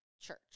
Church